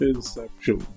Inception